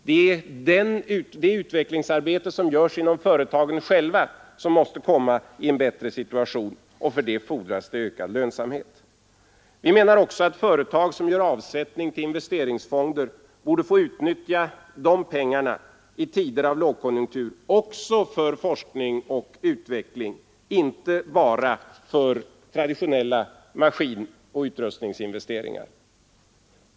Det industriella utvecklingsarbetet inom företagen måste stimuleras, och härför fordras ök lönsamhet. Vi anser också att företag som gör avsättningar till inves teringsfonder borde få utnyttja de pengarna i tider av lågkonjunktur även för forskning och utveckling, inte bara för traditionella maskinoch utrustningsinvesteringar.